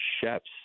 chefs